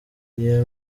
iyo